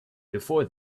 before